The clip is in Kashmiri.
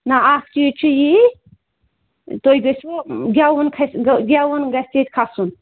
نہ اَکھ چیٖز چھُ یی تُہۍ گٔژھۍوٕ گٮ۪وُن کھسہِ گٮ۪وُن گژھِ ییٚتہِ کھَسُن